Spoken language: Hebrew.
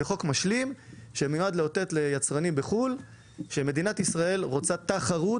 זה חוק משלים שמיועד לאותת ליצרנים בחו"ל שמדינת ישראל רוצה תחרות,